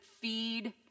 feed